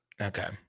Okay